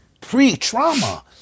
pre-trauma